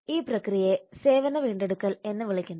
ഈ പ്രക്രിയയെ സേവന വീണ്ടെടുക്കൽ എന്ന് വിളിക്കുന്നു